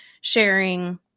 sharing